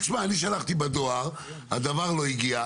יגיד: תשמע, אני שלחתי בדואר, הדוור לא הגיע.